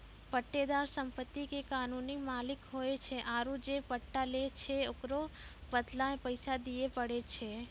पट्टेदार सम्पति के कानूनी मालिक होय छै आरु जे पट्टा लै छै ओकरो बदला मे पैसा दिये पड़ै छै